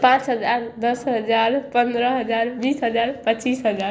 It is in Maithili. पाँच हजार दस हजार पनरह हजार बीस हजार पचीस हजार